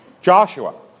Joshua